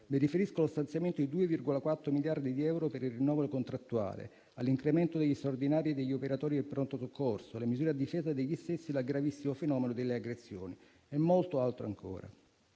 Mi riferisco allo stanziamento di 2,4 miliardi di euro per il rinnovo contrattuale, all'incremento degli straordinari degli operatori del pronto soccorso, alle misure a difesa degli stessi dal gravissimo fenomeno delle aggressioni e a molto altro ancora.